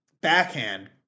Backhand